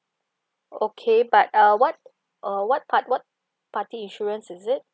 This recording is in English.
okay but uh what uh what part what party insurance is it